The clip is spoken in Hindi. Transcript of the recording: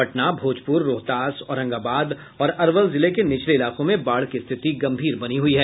पटना भोजपुर रोहतास औरंगाबाद और अरवल जिले के निचले इलाकों में बाढ़ की स्थिति गंभीर बनी हुई है